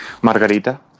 Margarita